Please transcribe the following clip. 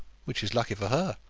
which is lucky for her.